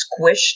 squished